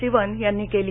सिवन यांनी केली